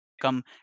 Come